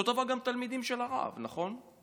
אותו דבר גם התלמידים של הרב, נכון?